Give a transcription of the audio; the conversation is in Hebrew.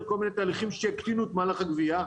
כל מיני תהליכים שיקטינו את מהלך הגבייה.